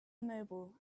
immobile